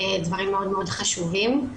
דברים מאוד מאוד חשובים.